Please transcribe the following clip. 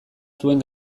zuen